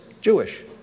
Jewish